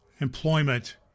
employment